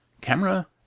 Camera